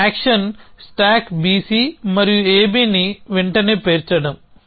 ఇది action stack BC మరియు ABని వెంటనే పేర్చడం